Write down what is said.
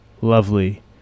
lovely